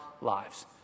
lives